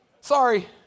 Sorry